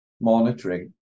monitoring